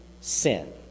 sin